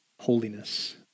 holiness